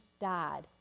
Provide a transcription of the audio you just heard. died